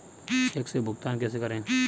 Check से भुगतान कैसे करें?